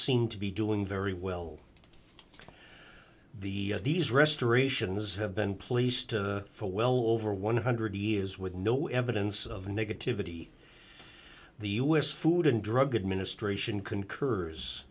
seem to be doing very well the these restorations have been placed for well over one hundred years with no evidence of negativity the us food and drug administration concur